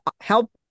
help